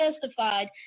testified